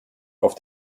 auf